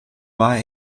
war